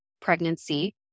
pregnancy